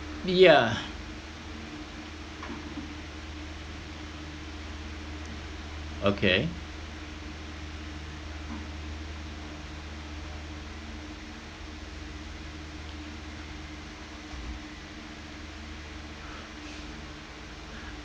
be ya okay